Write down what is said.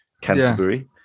Canterbury